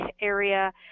area